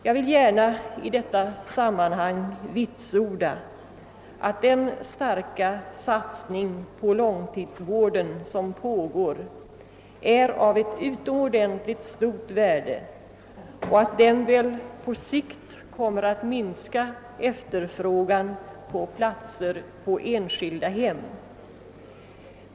Jag vill gärna i detta sammanhang vitsorda att den starka satsning på långtidsvården som pågår är av utomordentligt stort värde och att den på sikt väl kommer att minska efterfrågan av platser på enskilda hem.